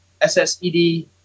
S-S-E-D